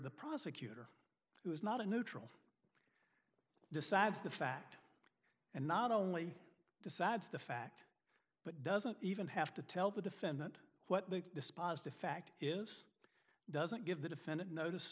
the prosecutor who is not a neutral decides the fact and not only decides the fact but doesn't even have to tell the defendant what the dispositive fact is doesn't give the defendant notice